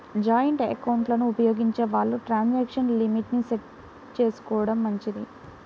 joint ఎకౌంట్లను ఉపయోగించే వాళ్ళు ట్రాన్సాక్షన్ లిమిట్ ని సెట్ చేసుకోడం మంచిది